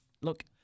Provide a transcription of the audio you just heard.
look